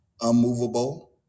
unmovable